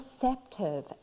perceptive